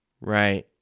Right